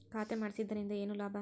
ಖಾತೆ ಮಾಡಿಸಿದ್ದರಿಂದ ಏನು ಲಾಭ?